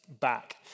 back